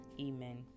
Amen